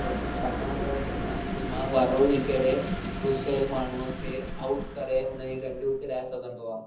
छाकाणि त शांति दिमाग़ वारो ई कहिड़े गुसेल माण्हूअ खे आउट करे हुन जी डंडियूं किराए सघंदो आहे